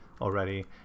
already